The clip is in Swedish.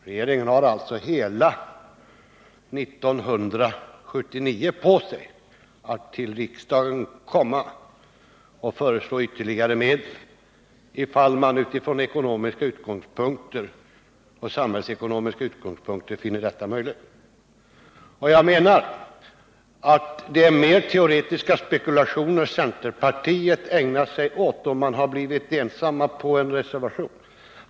Regeringen har alltså hela 1979 på sig att komma till riksdagen och föreslå ytterligare medel, ifall den utifrån samhällsekonomiska utgångspunkter finner detta möjligt. Jag anser att det är mera av teoretiska spekulationer i det centern ägnar sig åt, då partiet har blivit ensamt om en reservation.